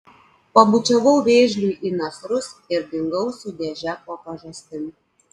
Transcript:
pabučiavau vėžliui į nasrus ir dingau su dėže po pažastim